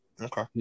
Okay